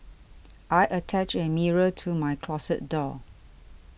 I attached a mirror to my closet door